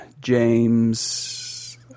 James